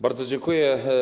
Bardzo dziękuję.